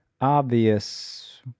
obvious